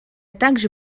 также